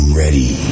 ready